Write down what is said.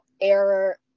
error